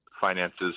finances